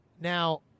Now